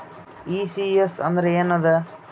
ECS ಅಂದ್ರ ಏನದ?